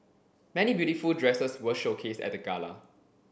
many beautiful dresses were showcased at the gala